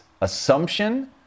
assumption